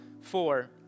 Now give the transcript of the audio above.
four